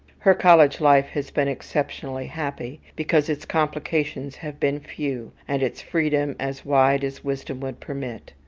her college life has been exceptionally happy, because its complications have been few, and its freedom as wide as wisdom would permit.